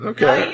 Okay